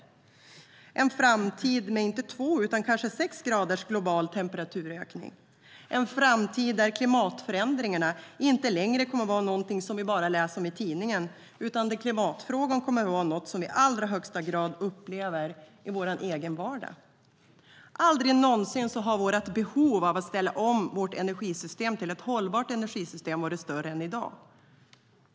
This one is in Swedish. Det är en framtid med inte två, utan kanske sex graders global temperaturökning. Det är en framtid där klimatförändringarna inte längre kommer att vara någonting som vi bara läser om i tidningen, utan där klimatfrågan kommer att vara något som vi i allra högsta grad upplever i vår egen vardag. Aldrig någonsin har vårt behov av att ställa om vårt energisystem till ett hållbart energisystem varit större än i dag.